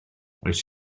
oes